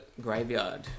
graveyard